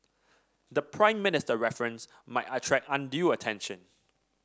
the Prime Minister reference might attract undue attention